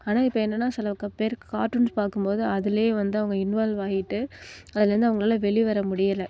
ஆனால் இப்போ என்னன்னா சிலபேர் கார்ட்டூன்ஸ் பார்க்கும்போது அதிலே வந்து அவங்க இன்வால்வ் ஆகிட்டு அதுலேருந்து அவங்களால வெளிய வர முடியலை